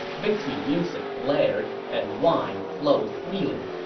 victory music blared and wine flowed freely.